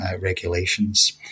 regulations